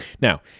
Now